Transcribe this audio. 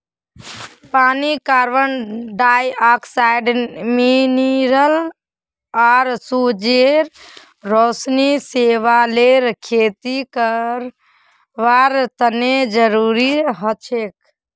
पानी carbon dioxide mineral आर सूरजेर रोशनी शैवालेर खेती करवार तने जरुरी हछेक